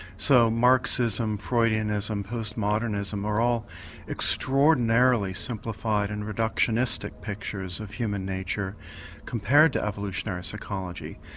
so marxism, freudianism, postmodernism are all extraordinarily simplified and reductionistic pictures of human nature compared to evolutionary psychology,